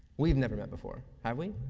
we've never met before, have we?